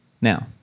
Now